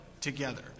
together